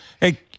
Hey